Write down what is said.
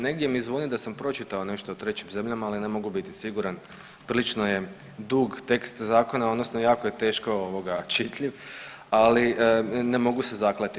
Negdje mi zvoni da sam pročitao nešto o trećim zemljama, ali ne mogu biti siguran prilično je dug tekst zakona odnosno jako je teško čitljiv, ali ne mogu se zakleti.